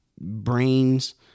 brains